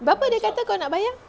berapa dia kata kau nak bayar